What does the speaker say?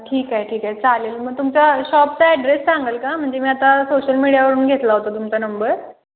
ठीक आहे ठीक आहे चालेल मग तुमचा शॉपचा ॲड्रेस सांगाल का म्हणजे मी आता सोशल मीडियावरून घेतला होता तुमचा नंबर